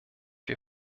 wir